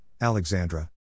Alexandra